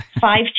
five